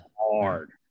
hard